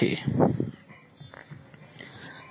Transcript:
સંદર્ભ સમય 2554